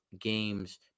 games